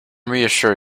reassure